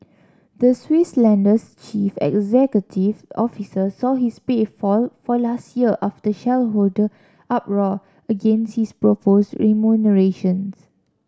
the Swiss lender's chief executive officer saw his pay fall for last year after shareholder uproar against his proposed remunerations